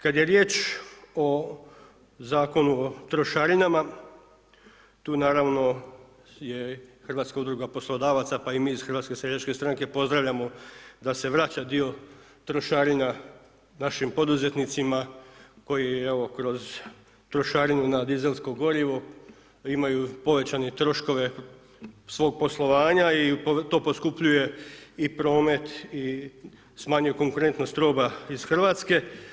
Kad je riječ o Zakonu o trošarinama, tu naravno je Hrvatska udruga poslodavaca, Pa i mi ih Hrvatske seljačke stranke pozdravljamo da se vraća dio trošarina našim poduzetnicima koji evo kroz trošarinu na dizelsko gorivo imaju povećane troškove svog poslovanja i to poskupljuje i promet i smanjuje konkurentnost roba iz Hrvatske.